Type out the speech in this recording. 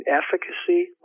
efficacy